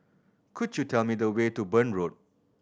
could you tell me the way to Burn Road